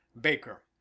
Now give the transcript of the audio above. Baker